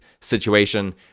situation